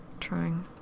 trying